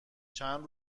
چند